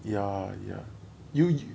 ya ya you